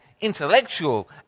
intellectual